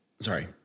Sorry